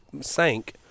sank